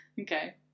Okay